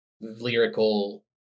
lyrical